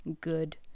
good